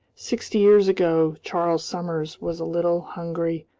sixty years ago, charles summers was a little, hungry,